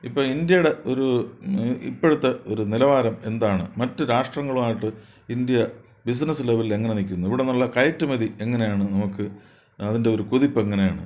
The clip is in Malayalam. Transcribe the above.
ഇപ്പോൾ ഇന്ത്യയുടെ ഒരു ഇപ്പോഴത്തെ ഒരു നിലവാരം എന്താണ് മറ്റു രാഷ്ട്രങ്ങളുമായിട്ട് ഇന്ത്യ ബിസിനസ്സ് ലെവലിൽ എങ്ങനെ നിൽക്കുന്നു ഇവിടെ നിന്നുള്ള കയറ്റുമതി എങ്ങനെയാണ് നമുക്ക് അതിൻ്റെ ഒരു കുതിപ്പ് എങ്ങനെയാണ്